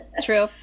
True